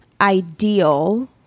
ideal